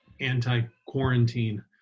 anti-quarantine